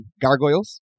Gargoyles